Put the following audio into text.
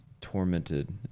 tormented